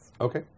Okay